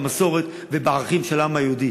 במסורת ובערכים של העם היהודי.